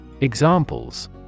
Examples